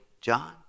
John